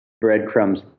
breadcrumbs